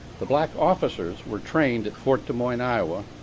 the black officers were trained at fort des moines iowa,